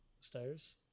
stairs